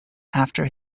after